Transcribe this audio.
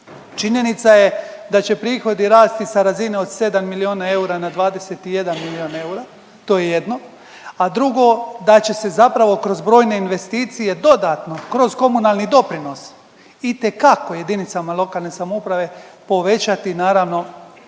Činjenica je da će prihodi rasti sa razine od 7 milijona eura na 21 milijon eura, to je jedno. A drugo, da će se zapravo kroz brojne investicije dodatno kroz komunalni doprinos itekako jedinicama lokalne samouprave povećati naravno